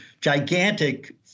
gigantic